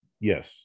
Yes